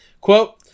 Quote